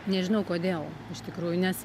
nežinau kodėl iš tikrųjų nes